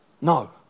No